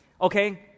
okay